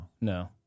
No